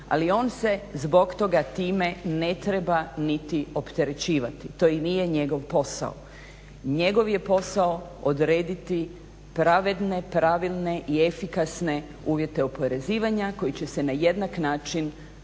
Ali on se zbog toga time ne treba niti opterećivati, to i nije njegov posao. Njegov je posao odrediti pravedne, pravilne i efikasne uvjete oporezivanja koji će se na jednak način